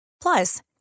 Plus